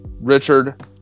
Richard